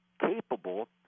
capable